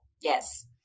yes